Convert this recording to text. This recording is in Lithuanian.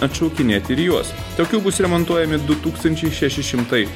atšaukinėt ir juos tokių bus remontuojami du tūkstančiai šeši šimtai